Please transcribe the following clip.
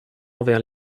envers